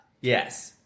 Yes